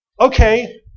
Okay